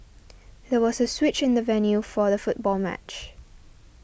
there was a switch in the venue for the football match